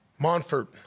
Monfort